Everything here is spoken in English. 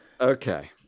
Okay